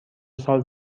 سال